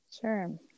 Sure